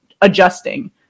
adjusting